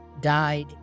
died